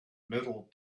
middle